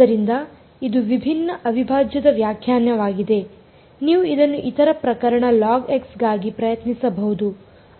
ಆದ್ದರಿಂದ ಇದು ವಿಭಿನ್ನ ಅವಿಭಾಜ್ಯದ ವ್ಯಾಖ್ಯಾನವಾಗಿದೆ ನೀವು ಇದನ್ನು ಇತರ ಪ್ರಕರಣ ಗಾಗಿ ಪ್ರಯತ್ನಿಸಬಹುದು